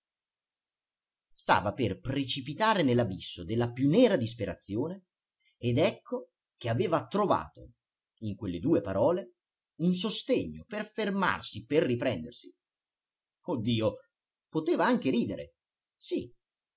stava per precipitare nell'abisso della più nera disperazione ed ecco che aveva trovato in quelle due parole un sostegno per fermarsi per riprendersi oh dio poteva anche ridere sì